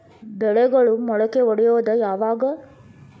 ಬೆಳೆಗಳು ಮೊಳಕೆ ಒಡಿಯೋದ್ ಯಾವಾಗ್?